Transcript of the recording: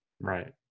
right